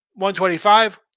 125